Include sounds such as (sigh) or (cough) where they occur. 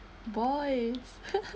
boys (laughs)